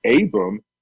Abram